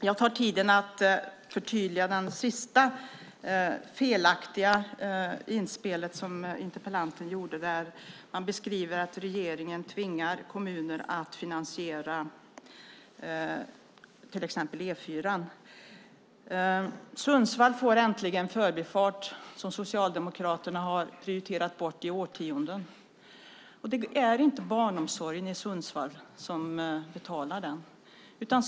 Herr talman! Jag ska kommentera det sista felaktiga utspel som interpellanten gjorde när han beskriver att regeringen tvingar kommuner att finansiera till exempel E4:an. Sundsvall får äntligen en förbifart som Socialdemokraterna har prioriterat bort i årtionden. Det är inte barnomsorgen i Sundsvall som betalar den.